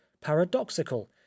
paradoxical